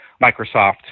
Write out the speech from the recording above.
Microsoft